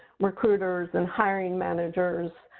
recruiters and hiring managers.